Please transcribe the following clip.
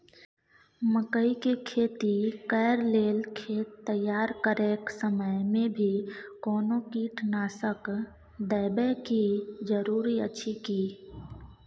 मकई के खेती कैर लेल खेत तैयार करैक समय मे भी कोनो कीटनासक देबै के जरूरी अछि की?